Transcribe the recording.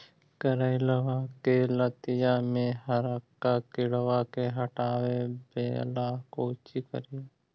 करेलबा के लतिया में हरका किड़बा के हटाबेला कोची करिए?